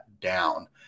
down